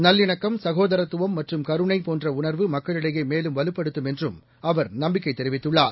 நல்லிணக்கம் சகோதரத்துவம் மற்றும் கருணைபோன்றஉணர்வு மக்களிடையேமேலும் வலுப்படும் என்றும் அவர் நம்பிக்கைதெரிவித்துள்ளார்